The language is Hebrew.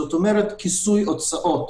כלומר כיסוי הוצאות,